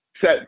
set